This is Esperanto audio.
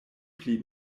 pli